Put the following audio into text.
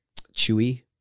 chewy